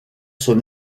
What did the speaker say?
son